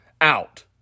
out